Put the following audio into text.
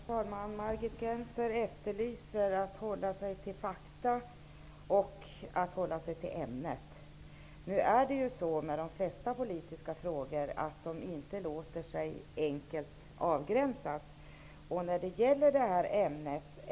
Herr talman! Margit Gennser säger att man skall hålla sig till fakta och till ämnet. Men de flesta politiska frågor låter sig inte utan vidare avgränsas.